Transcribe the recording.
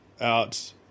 out